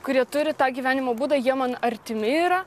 kurie turi tą gyvenimo būdą jie man artimi yra